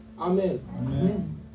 Amen